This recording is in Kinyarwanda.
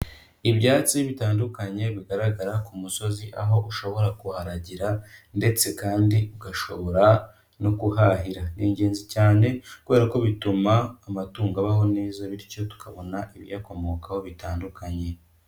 Ibyatsi bitandukanye bigaragara ku musozi aho ushobora kuharagira ndetse kandi ugashobora no kuhahira, ni ingenzi cyane kubera ko bituma amatungo abaho neza bityo tukabona ibiyakomokaho bitandukanye.